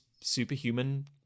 superhuman